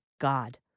God